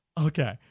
Okay